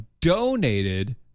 donated